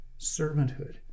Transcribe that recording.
Servanthood